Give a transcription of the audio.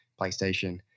PlayStation